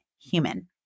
human